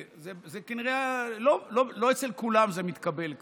כנראה לא אצל כולם זה מתקבל כך.